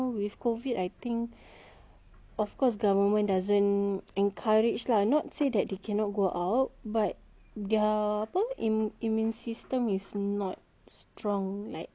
of course government doesn't encourage lah not say that they cannot go out but their immune system is not strong like us lah orang-orang muda macam kita